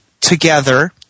together